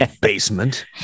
basement